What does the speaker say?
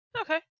Okay